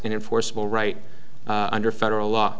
enforceable right under federal law